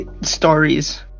stories